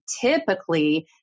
typically